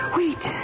wait